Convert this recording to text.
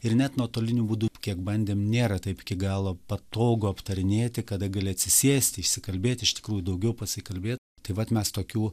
ir net nuotoliniu būdu kiek bandėm nėra taip iki galo patogu aptarinėti kada gali atsisėsti išsikalbėti iš tikrųjų daugiau pasikalbėt tai vat mes tokių